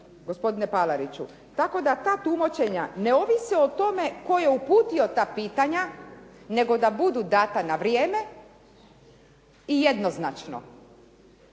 gospodine Palariću, tako da ta tumačenja ne ovise o tome tko je uputio ta pitanja nego da budu dana na vrijeme i jednoznačno,